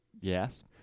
Yes